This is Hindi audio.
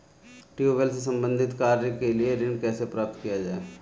ट्यूबेल से संबंधित कार्य के लिए ऋण कैसे प्राप्त किया जाए?